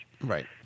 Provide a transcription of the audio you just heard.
right